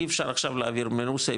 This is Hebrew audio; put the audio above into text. אי אפשר עכשיו להעביר כסף מרוסיה,